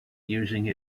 using